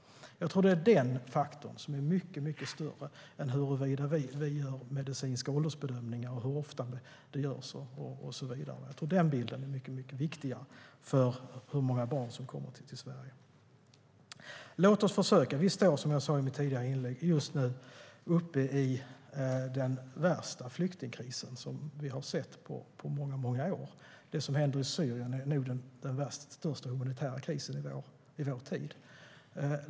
Jag tror att den faktorn är mycket större än huruvida vi gör medicinska åldersbedömningar och hur ofta de görs och så vidare. Den bilden är mycket viktigare för hur många barn som kommer till Sverige. Vi står, som jag sa i mitt tidigare inlägg, just nu i den värsta flyktingkrisen som vi har sett på många år. Det som händer i Syrien är nog den största humanitära krisen i vår tid.